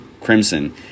Crimson